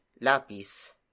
lapis